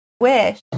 Wish